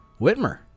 Whitmer